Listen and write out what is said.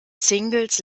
singles